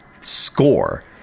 score